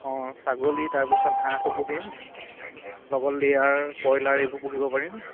অঁ ছাগলী তাৰপিছত হাঁহটো পুহিম লগত লেয়াৰ কইলাৰ এইবোৰ পুহিব পাৰিম